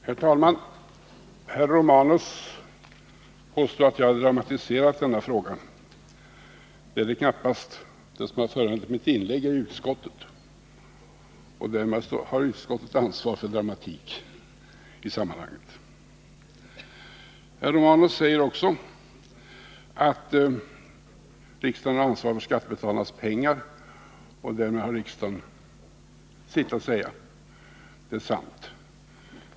Herr talman! Herr Romanus påstår att jag har dramatiserat denna fråga. Det har jag knappast. Det är ju utskottet som har föranlett mitt inlägg, och därmed har utskottet ansvaret för dramatik i sammanhanget. Herr Romanus säger också att riksdagen har ansvar för skattebetalarnas pengar, och därmed har riksdagen sitt att säga. Det är sant.